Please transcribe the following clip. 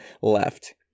left